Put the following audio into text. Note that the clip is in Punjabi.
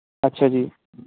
ਅੱਛਾ ਜੀ